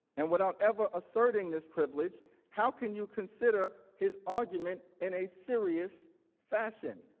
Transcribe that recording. and without ever asserting this privilege how can you consider his argument in a serious fashion?